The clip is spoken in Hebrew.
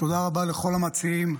תודה רבה לכל המציעים.